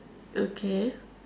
okay